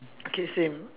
okay same